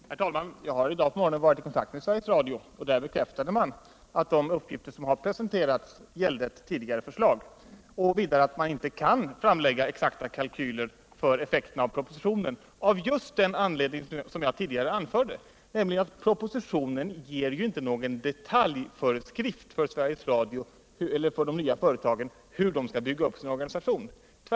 Herr talman! Jag har i dag på morgonen varit i kontakt med Sveriges Radio, och där bekräftade man att de uppgifter som har presenterats gällde ett tidigare förslag. Vidare sade man att det inte går att lägga fram exakta kalkyler beträffande effekterna av propositionen, just av den anledning som jag tidigare anförde, nämligen att propositionen inte ger några detaljföreskrifter om hur de nva företagen skall bygga upp sin organisation.